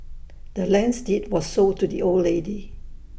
the land's deed was sold to the old lady